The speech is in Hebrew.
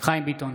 חיים ביטון,